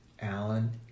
Alan